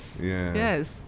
Yes